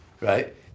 right